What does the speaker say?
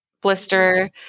blister